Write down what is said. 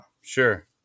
Sure